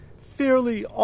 fairly